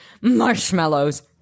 marshmallows